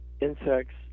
insects